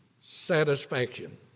satisfaction